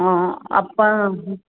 ਹਾਂ ਆਪਾਂ